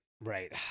right